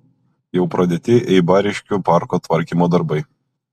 jau pradėti eibariškių parko tvarkymo darbai